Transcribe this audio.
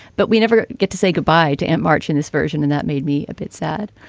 but we never get to say goodbye to it march in this version. and that made me a bit sad.